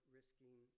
risking